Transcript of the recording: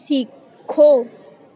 ਸਿੱਖੋ